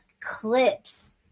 clips